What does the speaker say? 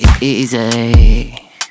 easy